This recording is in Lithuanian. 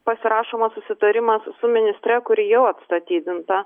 pasirašomas susitarimas su ministre kuri jau atstatydinta